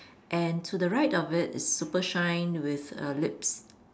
and to the right of it is super shine with err lips